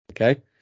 okay